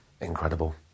incredible